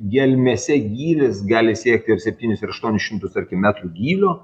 gelmėse gylis gali siekti ir septynis ir aštuonis šimtus tarkim metrų gylio